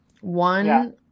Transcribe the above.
One